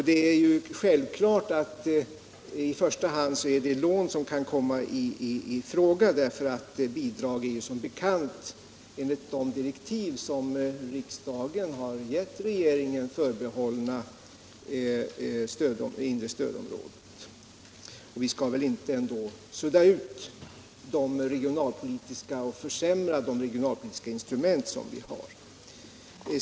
Det är självklart att det i första hand är lån som kan komma i fråga. Bidrag är som bekant, enligt de direktiv som riksdagen har givit regeringen, förbehållna det inre stödområdet. Och vi skall väl ändå inte försämra de regionalpolitiska instrument som vi har.